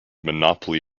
monopoly